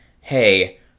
hey